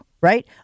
right